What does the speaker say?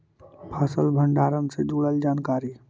फसल भंडारन से जुड़ल जानकारी?